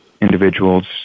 individuals